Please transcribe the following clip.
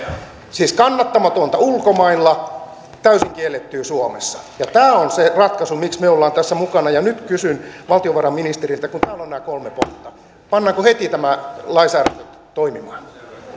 siis kannattamatonta ulkomailla täysin kiellettyä suomessa tämä on se ratkaisu miksi me olemme tässä mukana ja nyt kysyn valtiovarainministeriltä kun täällä on nämä kolme pontta pannaanko heti tämä lainsäädäntö toimimaan